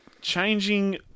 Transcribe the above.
Changing